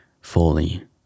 fully